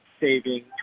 saving